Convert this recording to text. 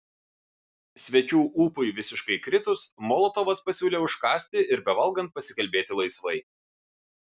svečių ūpui visiškai kritus molotovas pasiūlė užkąsti ir bevalgant pasikalbėti laisvai